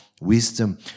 wisdom